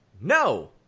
no